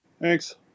thanks